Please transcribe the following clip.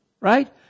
right